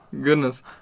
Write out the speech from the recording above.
Goodness